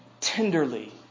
tenderly